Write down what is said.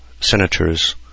senators